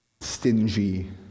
stingy